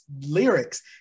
lyrics